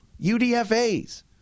UDFAs